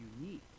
unique